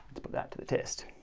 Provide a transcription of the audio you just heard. let's put that to the test